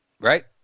Right